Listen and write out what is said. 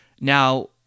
Now